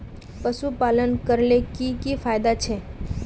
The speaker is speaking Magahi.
पशुपालन करले की की फायदा छे?